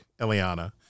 Eliana